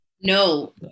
No